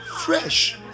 fresh